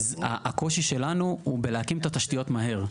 אז הקושי שלנו הוא בלהקים את התשתיות מהר.